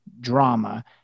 drama